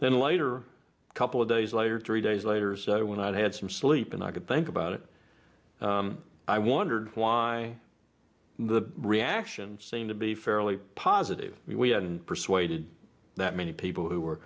then later a couple of days later three days later when i'd had some sleep and i could think about it i wondered why the reaction seem to be fairly positive we hadn't persuaded that many people who were